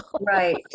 Right